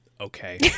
okay